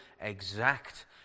exact